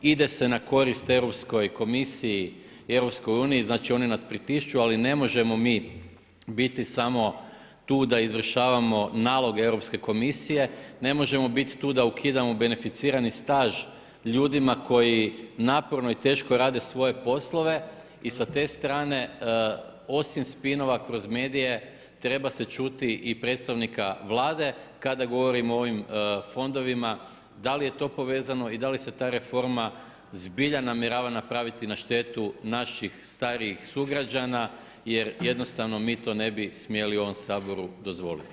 Ide se na korist Europskoj komisiji i EU, znači one nas pritišću, ali ne možemo mi biti samo tu da izvršavamo naloge Europske komisije, ne možemo biti tu da ukidamo beneficirani staž ljudima koji naporno i teško rade svoje poslove i sa te strane, osim spinova kroz medije, treba se čuti i predstavnika Vlade kada govorimo o ovim fondovima, da li je to povezano i da li se ta reforma zbilja namjerava napraviti na štetu naših starijih sugrađana jer jednostavno mi to ne bi smjeli u ovom Saboru dozvoliti.